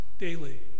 daily